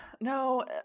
No